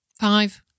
Five